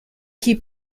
keep